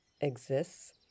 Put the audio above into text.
exists